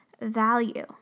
value